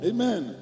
Amen